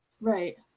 Right